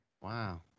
Wow